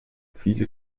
viele